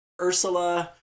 Ursula